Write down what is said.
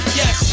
yes